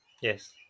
yes